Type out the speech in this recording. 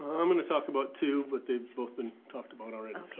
um i'm gonna talk about two, but they've both been talked about already.